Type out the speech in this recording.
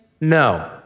No